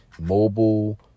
mobile